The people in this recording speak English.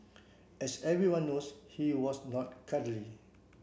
as everyone knows he was not cuddly